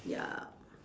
ya